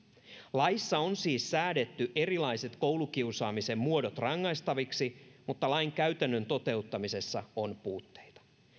laissa on siis säädetty erilaiset koulukiusaamisen muodot rangaistaviksi mutta lain käytännön toteuttamisessa on puutteita